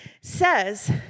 says